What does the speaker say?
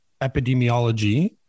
epidemiology